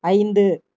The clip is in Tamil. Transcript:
ஐந்து